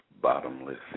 bottomless